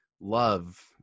love